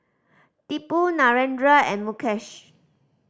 Tipu Narendra and Mukesh